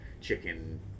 chicken